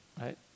Right